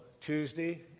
Tuesday